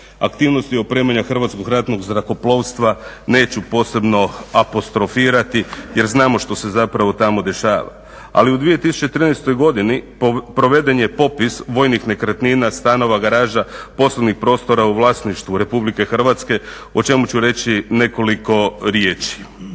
Aktivnosti opremanja Hrvatskog ratnog zrakoplovstva neće posebno apostrofirati jer znamo što se zapravo tamo dešava. Ali u 2013. godini proveden je popis vojnih nekretnina, stanova, garaža, poslovnih prostora u vlasništvu Republike Hrvatske o čemu ću reći nekoliko riječi.